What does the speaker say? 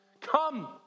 Come